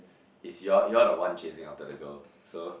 is your your are the one chasing after the goal so